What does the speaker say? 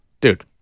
dude